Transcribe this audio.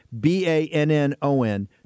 B-A-N-N-O-N